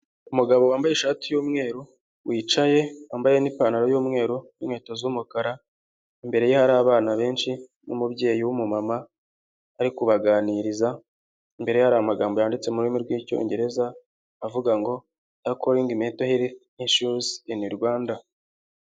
Umugabo wambaye ishati y'umweru wicaye wambaye n'ipantaro y'umweru n'inkweto z'umukara, imbere ye hari abana benshi n'umubyeyi w'umumama ari kubaganiriza, imbere ye hari amagambo yanditse mu rurimi rw'icyongereza avuga ngo takoringi mento herifu ishuzi ini Rwanda.